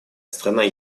страна